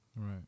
Right